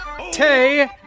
Tay